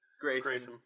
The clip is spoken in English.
Grayson